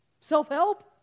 Self-help